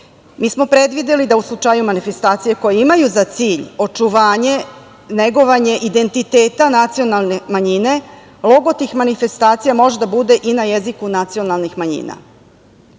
Mi smo predvideli da u slučaju manifestacija koje imaju za cilj očuvanje, negovanje identiteta nacionalne manjine, logo tih manifestacija možda bude i na jeziku nacionalnih manjina. Znači,